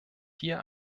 hier